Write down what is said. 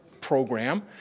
program